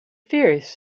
fears